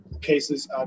cases